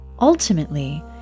Ultimately